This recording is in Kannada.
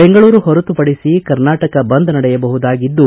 ಬೆಂಗಳೂರು ಹೊರತು ಪಡಿಸಿ ಕರ್ನಾಟಕ ಬಂದ್ ನಡೆಯಬಹುದಾಗಿದ್ದು